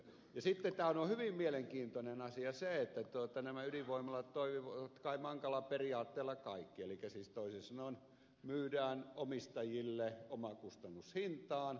sitten on hyvin mielenkiintoinen asia se että nämä ydinvoimalat toimivat kai mankala periaatteella kaikki elikkä siis toisin sanoen myydään omistajille omakustannushintaan